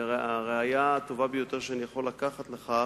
והראיה הטובה ביותר שאני יכול להביא לכך